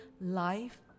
Life